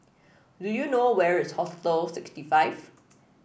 do you know where is Hostel sixty five